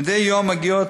מדי יום מגיעות